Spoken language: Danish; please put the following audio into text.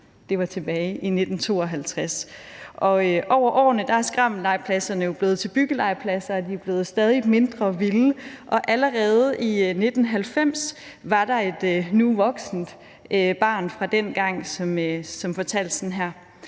Det var tilbage i 1952, og over årene er skrammellegepladserne blevet til byggelegepladser, og de er blevet stadig mindre vilde, og allerede i 1990 var der en voksen, som var barn dengang, som fortalte: